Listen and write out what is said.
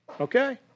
Okay